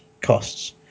costs